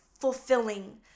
fulfilling